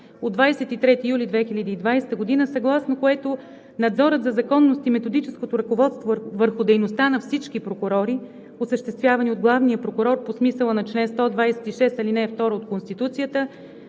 от 23 юли 2020 г., съгласно което надзорът за законност и методическото ръководство върху дейността на всички прокурори, осъществявани от главния прокурор по смисъла на чл. 126, ал. 2 от Конституцията,